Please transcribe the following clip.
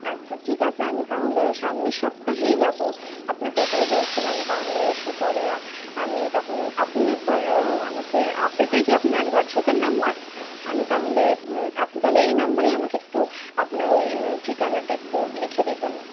আচ্ছা ঠিক আছে আমি তাহলে সামনের সপ্তাহেই যাব আপনাকে ওটাই বলছিলাম তাহলে এসে পরে আমি তখন আপনি একবার আমাকে এটাই কি আপনার হোয়াটসঅ্যাপের নাম্বার আমি তাহলে আপনি তাহলে এই নাম্বারেই আমাকে একটু আপনার ওই ঠিকানাটা একটু লিখে দিতেন